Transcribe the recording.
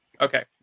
Okay